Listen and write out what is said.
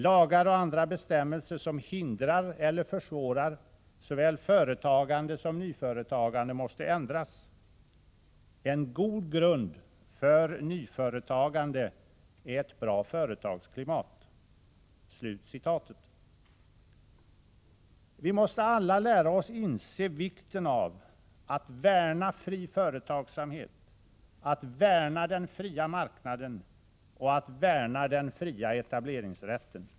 Lagar och andra bestämmelser som hindrar eller försvårar såväl företagande som nyföretagande måste ändras. En god grund för nyföretagande är ett bra företagsklimat.” Vi måste alla lära oss inse vikten av att värna fri företagsamhet, att värna den fria marknaden och att värna den fria etableringsrätten.